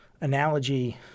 analogy